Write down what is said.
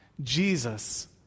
Jesus